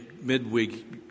Midweek